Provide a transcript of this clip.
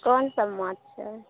कोन सभ माछ छै